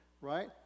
right